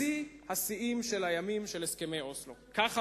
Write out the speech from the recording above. בשיא השיאים של הימים של הסכמי אוסלו, כך אמר.